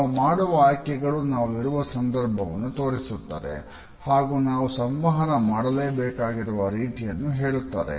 ನಾವು ಮಾಡುವ ಆಯ್ಕೆಗಳು ನಾವು ಇರುವ ಸಂದರ್ಭವನ್ನು ತೋರಿಸುತ್ತದೆ ಹಾಗು ನಾವು ಸಂವಹನ ಮಾಡಬೇಕಾಗಿರುವ ರೀತಿಯನ್ನು ಹೇಳುತ್ತದೆ